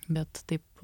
bet taip